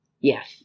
Yes